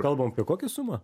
kalbam apie kokią sumą